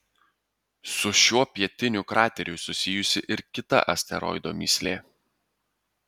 su šiuo pietiniu krateriu susijusi ir kita asteroido mįslė